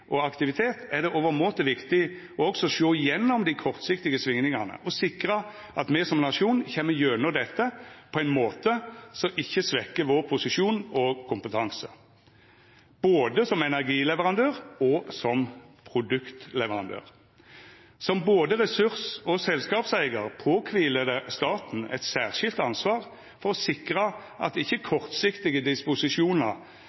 og aktivitet, er det overmåte viktig også å sjå gjennom dei kortsiktige svingingane og sikra at me som nasjon kjem gjennom dette på ein måte som ikkje svekkjer vår posisjon og kompetanse, både som energileverandør og som produktleverandør. Som både ressurs- og selskapseigar påkviler det staten eit særskilt ansvar for å sikra at ikkje